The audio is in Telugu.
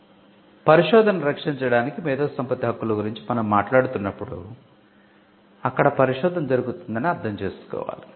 కాబట్టి పరిశోధనను రక్షించడానికి మేధో సంపత్తి హక్కుల గురించి మనం మాట్లాడుతున్నప్పుడు మున్ముందుగా అక్కడ పరిశోధన జరుగుతోందని అర్ధం చేసుకోవాలి